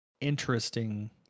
interesting